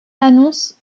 annoncent